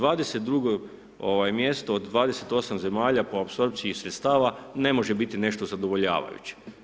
22. mjesto od 28 zemalja, po apsorpciji sredstava, ne može biti nešto zadovoljavajuće.